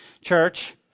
church